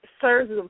serves